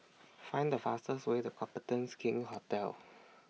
Find The fastest Way to Copthorne's King's Hotel